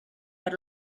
per